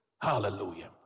Hallelujah